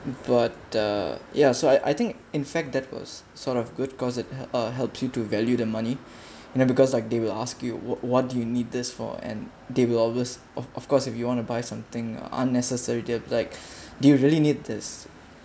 but the ya so I I think in fact that was sort of good cause it he~ uh helps you to value the money you know because like they will ask you what what do you need this for and they will always of of course if you want to buy something unnecessary they'll like do you really need this